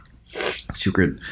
secret